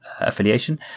affiliation